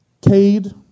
Cade